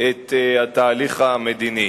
בה את התהליך המדיני.